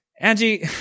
Angie